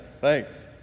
Thanks